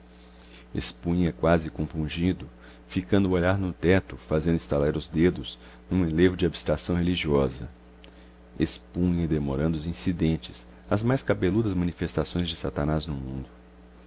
expunha quase compungido fincando o olhar no teto fazendo estalar os dedos num enlevo de abstração religiosa expunha demorando os incidentes as mais cabeludas manifestações de satanás no mundo